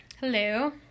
Hello